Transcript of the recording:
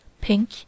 pink